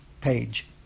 page